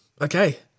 Okay